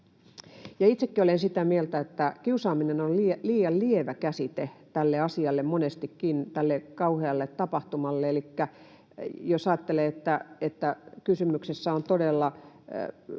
Itsekin olen sitä mieltä, että kiusaaminen on monestikin liian lievä käsite tälle asialle, tälle kauhealle tapahtumalle. Elikkä jos tätä ajattelee, niin kysymyksessä on todella